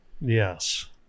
Yes